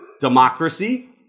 Democracy